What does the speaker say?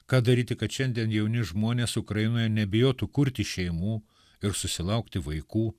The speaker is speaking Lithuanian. ką daryti kad šiandien jauni žmonės ukrainoje nebijotų kurti šeimų ir susilaukti vaikų